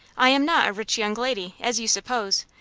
i am not a rich young lady, as you suppose.